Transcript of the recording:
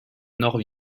nord